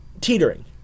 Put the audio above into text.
teetering